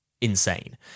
insane